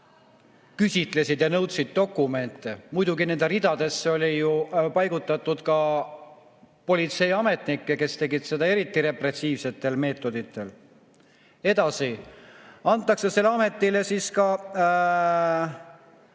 küsitlesid ja nõudsid dokumente? Muidugi nende ridadesse oli paigutatud ka politseiametnikke, kes tegid seda eriti repressiivsetel meetoditel. Edasi antakse selle ametile [õigus]